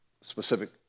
specific